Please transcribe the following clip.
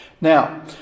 Now